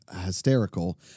hysterical